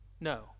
No